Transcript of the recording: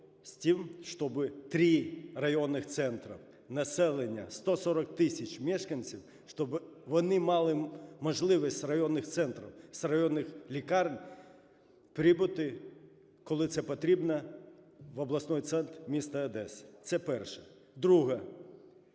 з тим, щоб три районних центра, населення 140 тисяч мешканців, щоб вони мали можливість з районних центрів, з районних лікарень прибути, коли це потрібно, в обласний центр міста Одеси. Це перше. Друге.